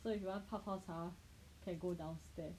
so if you want 泡泡茶 you can go downstairs